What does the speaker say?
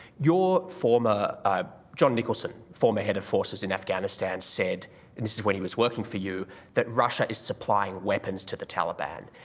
your former john nicholson, former head of forces in afghanistan, said and this is when he was working for you that russia is supplying weapons to the taliban.